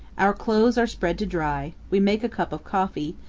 our clothes are spread to dry we make a cup of coffee,